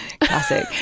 Classic